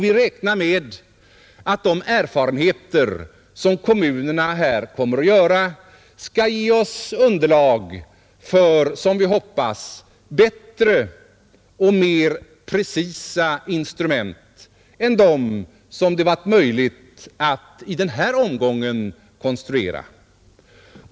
Vi räknar med att de erfarenheter som kommunerna kommer att göra skall ge oss underlag för bättre och mer precisa instrument än de som det varit möjligt att i denna omgång konstruera.